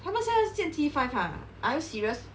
他们现在是建 T five !huh! are you serious